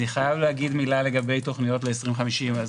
אני חייב להגיד מילה לגבי תוכניות ל-2050.